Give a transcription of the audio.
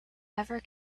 ever